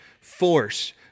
force